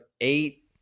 eight